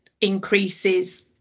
increases